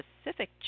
specific